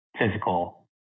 physical